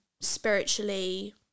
spiritually